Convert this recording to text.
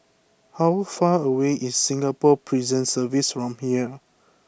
how far away is Singapore Prison Service from here